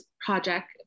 project